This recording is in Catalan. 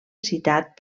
citat